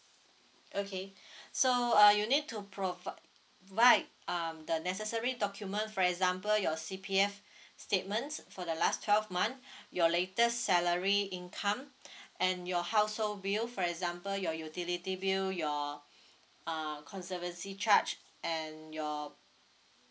okay so uh you need to provide um the necessary documents for example your C_P_F statements for the last twelve month your latest salary income and your household bill for example your utility bill your err conservancy charge and your